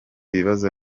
ibibazo